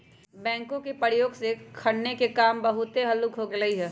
backhoe के प्रयोग से खन्ने के काम बहुते हल्लुक हो गेलइ ह